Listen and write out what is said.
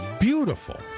beautiful